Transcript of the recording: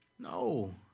no